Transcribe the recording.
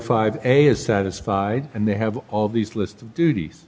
five a is satisfied and they have all these lists of duties